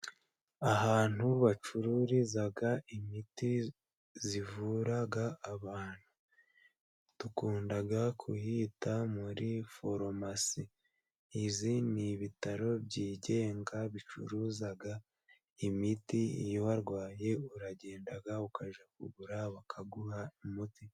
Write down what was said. Ahantu bacururiza imiti ivura abantu. Dukunda kuhita muri farumasi. Ibi ni ibitaro byigenga bicuruza imiti. Iyo warwaye uragenda ukajya kugura bakaguha umuti.